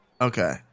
Okay